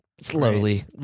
slowly